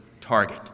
target